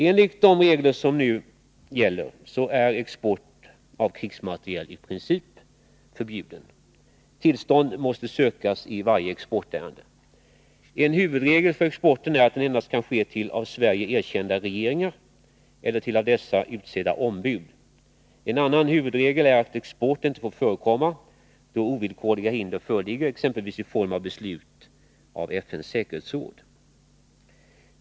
Enligt de regler som nu gäller är export av krigsmateriel i princip förbjuden. Tillstånd måste sökas i varje exportärende. En huvudregel för exporten är att den endast kan ske till av Sverige erkända regeringar eller till av dessa utsedda ombud. En annan huvudregel är att export inte får förekomma då ovillkorliga hinder föreligger, exempelvis i form av beslut av FN:s säkerhetsråd.